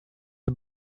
the